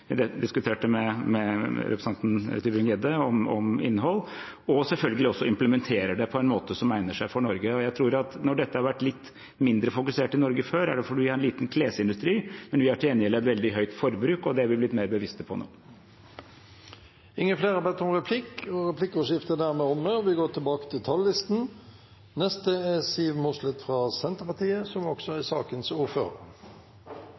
diskuterte med representanten Tybring-Gjedde om innhold, og selvfølgelig implementerer det på en måte som egner seg for Norge. Når det har vært fokusert litt mindre på dette i Norge før, tror jeg det er fordi vi har en liten klesindustri, men vi har til gjengjeld et veldig høyt forbruk, og det er vi blitt mer bevisste på nå. Replikkordskiftet er dermed omme. Sak nr. 5 gikk ekstremt effektivt unna i dag! Som saksordfører vil jeg takke komiteen for et stort engasjement i denne saken. Det er